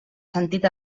sentit